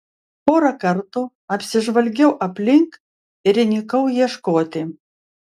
porą kartų apsižvalgiau aplink ir įnikau ieškoti